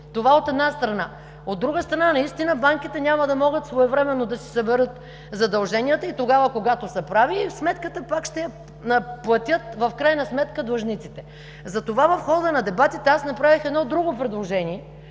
Това, от една страна. От друга страна, наистина банките няма да могат своевременно да си съберат задължения и тогава, когато са прави, сметката пак ще я платят в крайна сметка длъжниците. Затова в хода на дебатите направих едно друго предложение,